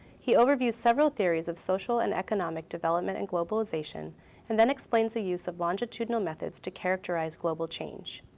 he overview several theories of social and economic development and globalization and then explains the use of longitudinal methods to characterize global change.